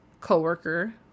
co-worker